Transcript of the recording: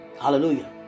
Hallelujah